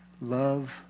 love